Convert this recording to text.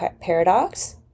paradox